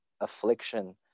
affliction